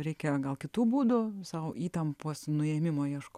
reikia gal kitų būdų sau įtampos nuėmimo ieškot